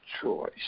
choice